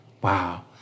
Wow